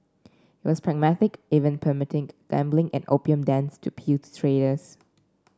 he was pragmatic even permitting gambling and opium dens to appeal to traders